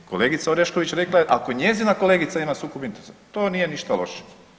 Kolegica Orešković rekla je ako njezina kolegica ima sukob interesa to nije ništa loše.